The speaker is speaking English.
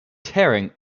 tearing